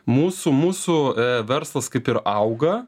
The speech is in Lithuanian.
mūsų mūsų verslas kaip ir auga